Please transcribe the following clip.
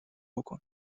بکن